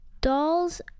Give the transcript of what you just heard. dolls